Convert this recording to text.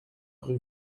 rue